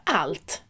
allt